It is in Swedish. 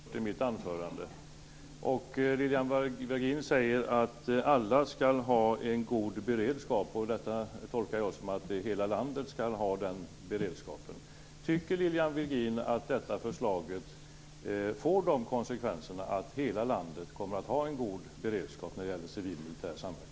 Fru talman! Jag är glad över att Lilian Virgin tar upp frågan om civil och militär samverkan. Lilian Virgin säger att alla ska ha en god beredskap. Det tolkar jag som att hela landet ska ha den beredskapen. Tycker Lilian Virgin att detta förslag får de konsekvenserna att hela landet kommer att ha en god beredskap när det gäller civil och militär samverkan?